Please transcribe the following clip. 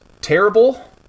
terrible